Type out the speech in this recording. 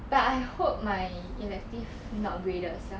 but I hope my elective not graded sia